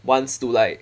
wants to like